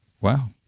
wow